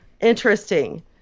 interesting